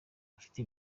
ufite